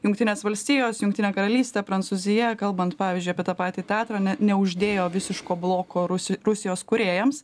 jungtinės valstijos jungtinė karalystė prancūzija kalbant pavyzdžiui apie tą patį teatrą ne neuždėjo visiško bloko rusi rusijos kūrėjams